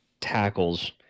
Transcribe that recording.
tackles